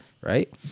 right